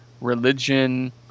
religion